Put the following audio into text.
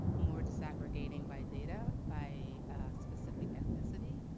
more disaggregating by data, by specific ethnicity.